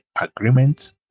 agreement